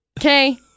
okay